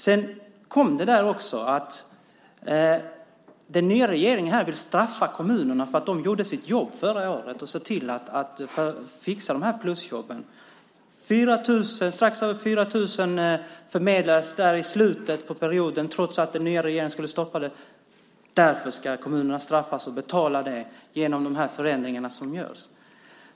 Sedan kom det där också att den nya regeringen vill straffa kommunerna för att de gjorde sitt jobb förra året och fixade de här plusjobben. Strax över 4 000 förmedlades i slutet på perioden trots att den nya regeringen skulle stoppa det. Därför ska kommunerna straffas och betala det genom de förändringar som görs.